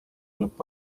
lõpp